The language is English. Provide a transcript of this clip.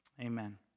Amen